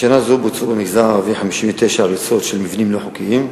בשנה זו בוצעו במגזר הערבי 59 הריסות של מבנים לא חוקיים,